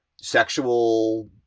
sexual